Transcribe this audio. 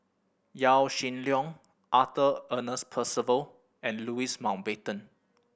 Yaw Shin Leong Arthur Ernest Percival and Louis Mountbatten